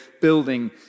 building